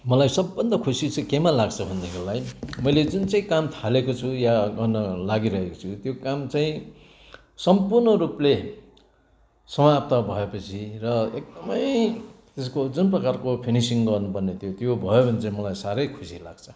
मलाई सबभन्दा खुसी चाहिँ केमा लाग्छ भनेदेखिलाई मैले जुन चाहिँ काम थालेको छु यहाँ गर्न लागिरहेको छु त्यो काम चाहिँ सम्पूर्ण रूपले समाप्त भए पछि र एकदमै यसको जुन प्रकारको फिनिसिङ गर्नुपर्ने थियो त्यो भयो भने चाहिँ मलाई साह्रै खुसी लाग्छ